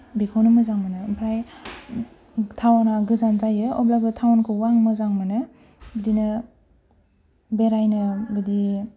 बेखौनो मोजां मोनो ओमफ्राय टाउना गोजान जायो अब्लाबो टाउनखौ आं मोजां मोनो बिदिनो बेरायनो बिदि